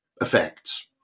effects